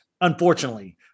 unfortunately